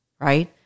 right